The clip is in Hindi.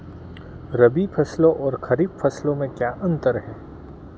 रबी फसलों और खरीफ फसलों में क्या अंतर है?